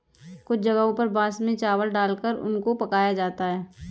कुछ जगहों पर बांस में चावल डालकर उनको पकाया जाता है